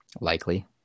Likely